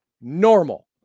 Normal